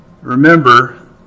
remember